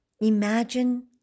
imagine